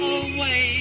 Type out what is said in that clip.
away